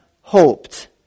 hoped